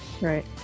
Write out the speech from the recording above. right